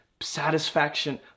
satisfaction